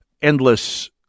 endless